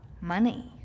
money